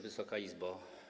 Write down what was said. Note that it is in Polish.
Wysoka Izbo!